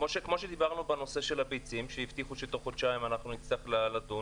כמו שדיברנו בנושא של הביצים שהבטיחו שתוך חודשיים נצטרך לדון